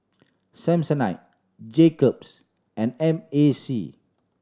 Samsonite Jacob's and M A C